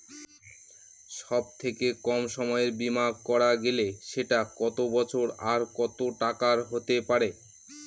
সব থেকে কম সময়ের বীমা করা গেলে সেটা কত বছর আর কত টাকার হতে পারে?